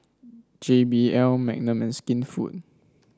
J B L Magnum Skinfood